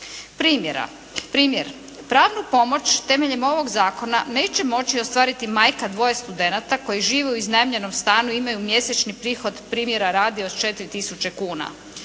predugo. Primjer: pravnu pomoć temeljem ovog zakona neće moći ostvariti majka dvoje studenata koji žive u iznajmljenom stanu i imaju mjesečni prihod primjera radi od 4 tisuće kuna.